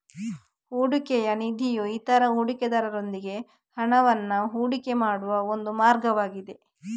ಹೂಡಿಕೆಯ ನಿಧಿಯು ಇತರ ಹೂಡಿಕೆದಾರರೊಂದಿಗೆ ಹಣವನ್ನ ಹೂಡಿಕೆ ಮಾಡುವ ಒಂದು ಮಾರ್ಗವಾಗಿದೆ